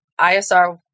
ISR